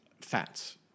Fats